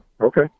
Okay